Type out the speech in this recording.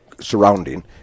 surrounding